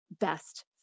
best